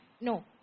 No